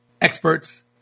experts